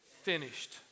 finished